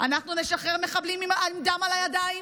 אנחנו נשחרר מחבלים עם דם על הידיים,